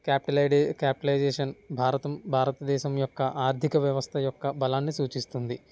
capital ID capitalization భారతం భారతదేశం యొక్క ఆర్థిక వ్యవస్థ యొక్క బలాన్ని సూచిస్తుంది